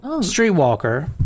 streetwalker